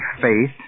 faith